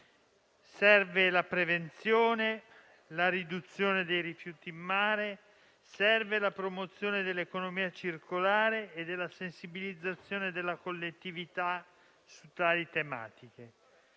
Servono la prevenzione e la riduzione dei rifiuti in mare; servono la promozione dell'economia circolare e la sensibilizzazione della collettività su tali tematiche.